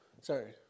sorry